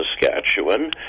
Saskatchewan